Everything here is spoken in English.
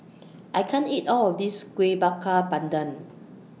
I can't eat All of This Kuih Bakar Pandan